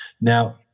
now